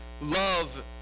love